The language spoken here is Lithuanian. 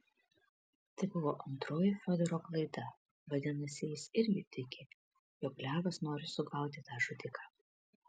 tai buvo antroji fiodoro klaida vadinasi jis irgi tiki jog levas nori sugauti tą žudiką